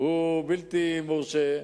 הוא בלתי מורשה,